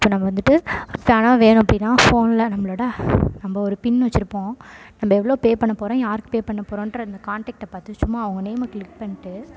இப்போ நம்ம வந்துட்டு பணம் வேணும் அப்படினா ஃபோனில் நம்மளோடய நம்ம ஒரு பின் வெச்சுருப்போம் நம்ம எவ்வளோ பே பண்ண போகிறோம் யாருக்கு பே பண்ண போகிறோன்ற அந்த கான்டேக்ட்டை பார்த்து சும்மா அவங்க நேமை க்ளிக் பண்ணிட்டு